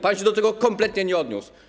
Pan się do tego kompletnie nie odniósł.